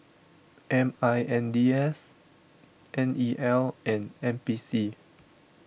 M I N D S N E L and N P C